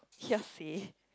hearsay